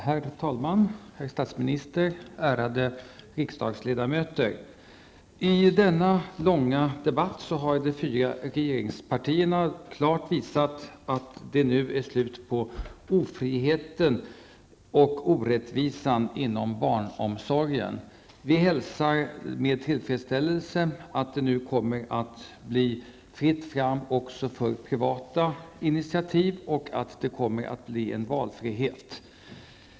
Herr talman, herr statsminister, ärade riksdagsledamöter! I denna långa debatt har de fyra regeringspartierna klart visat att det nu är slut på ofriheten och orättvisan inom barnomsorgen. Vi hälsar med tillfredsställelse att det nu kommer att bli fritt fram också för privata initiativ och att det kommer att bli valfrihet.